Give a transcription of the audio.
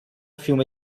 fiume